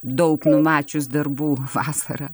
daug numačius darbų vasarą